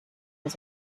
was